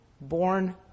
born